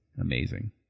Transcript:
amazing